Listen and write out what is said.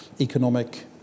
Economic